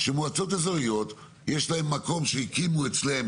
שבמועצות אזוריות יש מקום שהקימו אצלם,